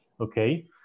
okay